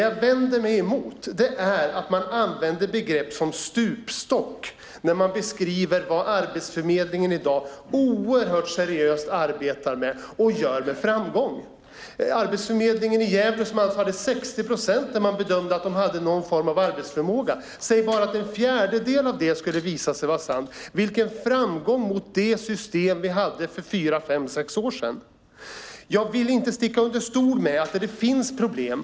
Jag vänder mig emot att man använder begreppet stupstock när man beskriver det som Arbetsförmedlingen i dag arbetar oerhört seriöst med, och med framgång. Arbetsförmedlingen i Gävle hade 60 procent som man bedömde hade någon form av arbetsförmåga. Om bara en fjärdedel av det visar sig vara sant, tänk vilken framgång det är mot det system vi hade för fyra, fem, sex år sedan. Jag vill inte sticka under stol med att det finns problem.